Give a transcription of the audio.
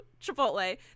Chipotle